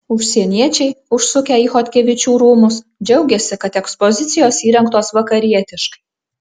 užsieniečiai užsukę į chodkevičių rūmus džiaugiasi kad ekspozicijos įrengtos vakarietiškai